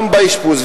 גם באשפוז.